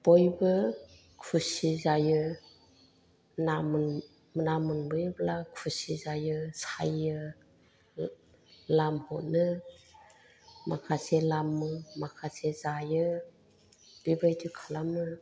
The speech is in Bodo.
बयबो खुसि जायो ना मोनबोयोब्ला खुसि जायो सायो लामहरनो माखासे लामो माखासे जायो बेबायदि खालामो